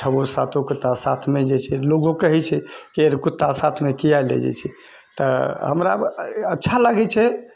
हम छओ सातोके तऽ साथमे जाइ छै लोगो कहै छै कि कुत्ता साथमे किया लए जाइ छी तऽ हमरा अच्छा लागै छै